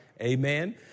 Amen